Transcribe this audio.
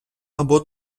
або